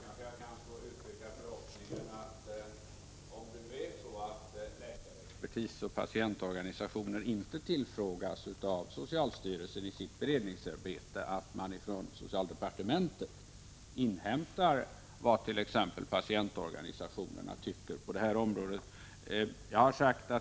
Herr talman! Jag kanske kan få uttrycka förhoppningen att man, om det är så att läkarexpertis och patientorganisationer inte tillfrågas av socialstyrelsen i dess beredningsarbete, från socialdepartementet inhämtar vad t.ex. patientorganisationerna anser på det här området.